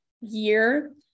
year